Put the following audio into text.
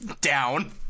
Down